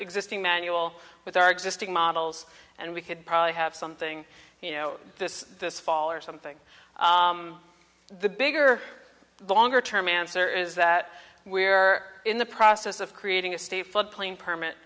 existing manual with our existing models and we could probably have something you know this this fall or something the bigger longer term answer is that we are in the process of creating a state floodplain perm